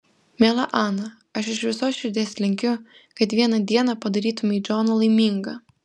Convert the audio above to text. miela ana aš iš visos širdies linkiu kad vieną dieną padarytumei džoną laimingą